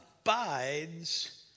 abides